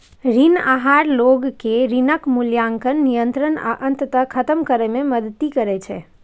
ऋण आहार लोग कें ऋणक मूल्यांकन, नियंत्रण आ अंततः खत्म करै मे मदति करै छै